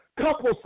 couple